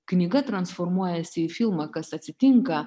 knyga transformuojasi į filmą kas atsitinka